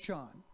John